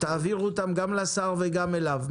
תעבירו אותן גם לשר וגם אליו.